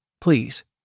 Please